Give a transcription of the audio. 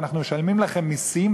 ואנחנו משלמים לכם מסים,